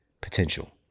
potential